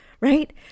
right